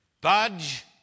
Budge